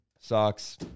sucks